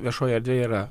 viešojoj erdvėj yra